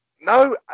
No